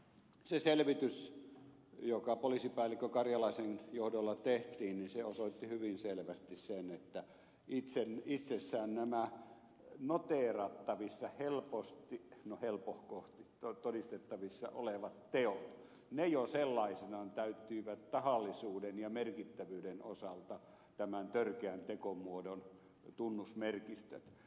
se selvitys joka poliisipäällikkö karjalaisen johdolla tehtiin osoitti hyvin selvästi sen että itsessään nämä helposti noteerattavissa no helpohkosti todistettavissa olevat teot jo sellaisinaan täyttivät tahallisuuden ja merkittävyyden osalta tämän törkeän tekomuodon tunnusmerkistöt